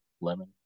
lemon